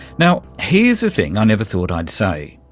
now, here's a thing i never thought i'd say.